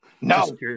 No